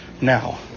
Now